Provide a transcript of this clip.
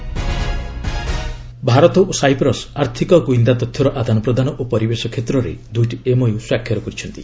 ପ୍ରେଜ୍ ସାଇପ୍ରସ୍ ଭାରତ ଓ ସାଇପ୍ରସ୍ ଆର୍ଥିକ ଗୁଇନ୍ଦା ତଥ୍ୟର ଆଦାନ ପ୍ରଦାନ ଓ ପରିବେଶ କ୍ଷେତ୍ରରେ ଦୁଇଟି ଏମ୍ଓୟୁ ସ୍ୱାକ୍ଷର କରିଛନ୍ତି